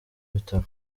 bitaro